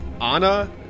Anna